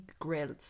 grills